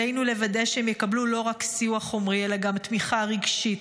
עלינו לוודא שהם יקבלו לא רק סיוע חומרי אלא גם תמיכה רגשית,